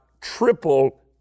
triple